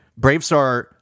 Bravestar